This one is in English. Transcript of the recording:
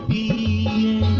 eee